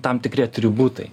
tam tikri atributai